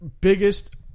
biggest